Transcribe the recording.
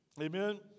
Amen